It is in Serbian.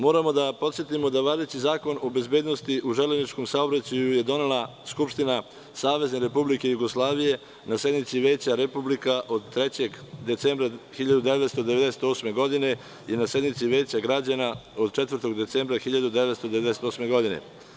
Moramo da podsetimo da važeći Zakon o bezbednosti u železničkom saobraćaju je donela Skupština SRJ na sednici Veća Republika od 3. decembra 1998. godine i na sednici Veća građana od 4. decembra 1998. godine.